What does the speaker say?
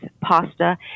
pasta